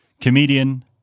Comedian